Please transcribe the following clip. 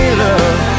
love